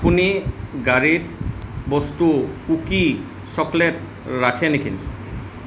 আপুনি গাড়ীত বস্তু কুকি চকলেট ৰাখে নেকি